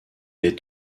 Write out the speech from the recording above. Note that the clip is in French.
est